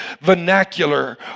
vernacular